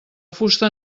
fusta